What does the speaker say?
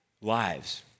lives